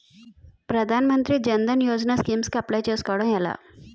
ప్రధాన మంత్రి జన్ ధన్ యోజన స్కీమ్స్ కి అప్లయ్ చేసుకోవడం ఎలా?